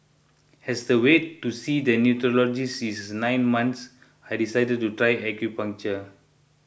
as the wait to see the neurologist is nine months I decided to try acupuncture